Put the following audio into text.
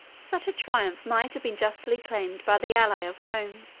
such a triumph might have been justly claimed by the ally of rome,